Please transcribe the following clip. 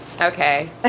Okay